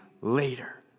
later